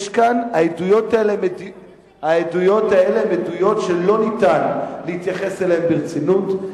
העדויות האלה הן עדויות שלא ניתן להתייחס אליהן ברצינות.